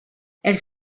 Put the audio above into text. elles